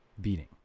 beating